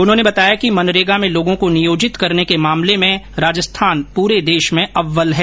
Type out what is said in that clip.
उन्होंने बताया कि मनरेगा में लोगों को नियोजित करने के मामले में राजस्थान पूरे देश में अव्वल है